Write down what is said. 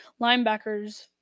linebackers